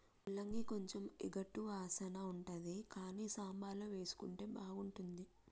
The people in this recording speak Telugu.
ముల్లంగి కొంచెం ఎగటు వాసన ఉంటది కానీ సాంబార్ల వేసుకుంటే బాగుంటుంది